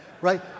right